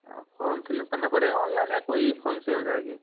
हाँ form fill up करना पड़ेगा ऑनलाइन या कोई फ़ोन से हो जाएगी